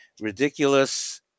ridiculous